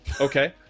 Okay